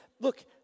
Look